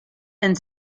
and